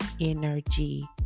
energy